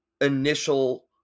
initial